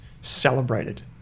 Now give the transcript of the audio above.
celebrated